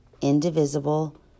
indivisible